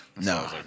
No